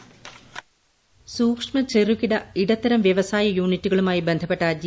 voice സൂക്ഷ്മ ചെറുകിട ഇടത്തരം വൃവസായ യൂണിറ്റുകളുമായി ബന്ധപ്പെട്ട ജി